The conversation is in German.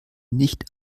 nicht